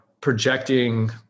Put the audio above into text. projecting